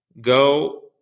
go